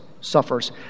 suffers